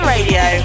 Radio